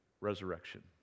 resurrection